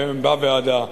בוועדה.